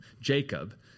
Jacob